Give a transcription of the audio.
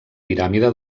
piràmide